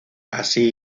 así